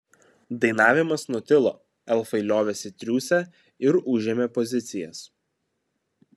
dainavimas nutilo elfai liovėsi triūsę ir užėmė pozicijas